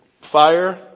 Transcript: fire